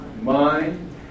mind